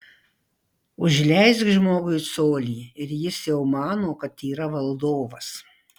užleisk žmogui colį ir jis jau mano kad yra valdovas